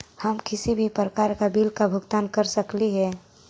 हम किसी भी प्रकार का बिल का भुगतान कर सकली हे?